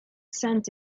scent